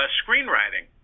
screenwriting